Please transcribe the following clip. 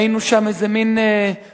היינו שם איזה מין תוספת,